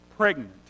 Pregnant